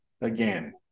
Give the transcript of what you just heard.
Again